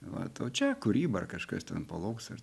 vat o čia kūryba ar kažkas ten palauks ar